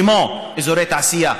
כמו אזורי תעשייה,